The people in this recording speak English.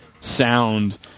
sound